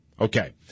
Okay